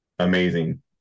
amazing